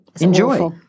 Enjoy